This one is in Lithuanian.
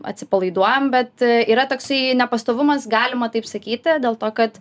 atsipalaiduojam bet yra toksai nepastovumas galima taip sakyti dėl to kad